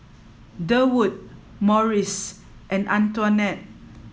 Durwood Morris and Antionette